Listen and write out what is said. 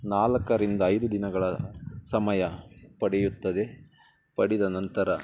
ನಾಲ್ಕರಿಂದ ಐದು ದಿನಗಳ ಸಮಯ ಪಡೆಯುತ್ತದೆ ಪಡೆದ ನಂತರ